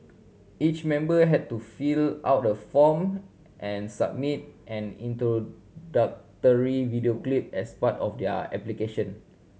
each member had to fill out a form and submit an introductory video clip as part of their application